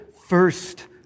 first